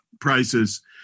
prices